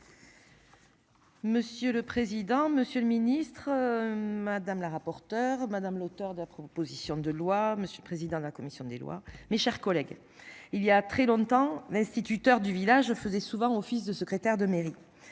Monsieur le président, monsieur le ministre, madame la rapporteur, madame. L'auteur de la proposition de loi. Monsieur le président de la commission des lois, mes chers collègues. Il y a très longtemps, l'instituteur du village faisaient souvent office de secrétaire de mairie.